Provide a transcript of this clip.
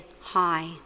high